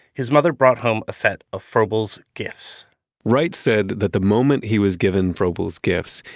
his mother brought home a set of froebel's gifts wright said that the moment he was given froebel's gifts,